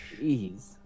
Jeez